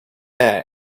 air